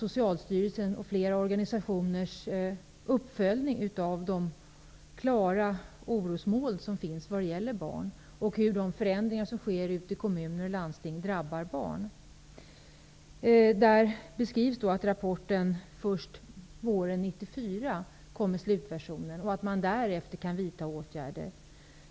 Socialstyrelsens och flera organisationers uppföljning av de klara orosmoln som finns när det gäller barn och hur de förändringar som sker ute i kommuner och landsting drabbar barn. Där beskrivs att slutversionen av rapporten kommer först våren 1994 och att man därefter kan vidta åtgärder.